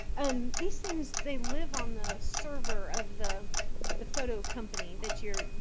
um these things, they live on the server of the the photo company that you're, you